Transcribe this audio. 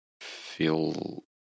feel